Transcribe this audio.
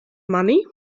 money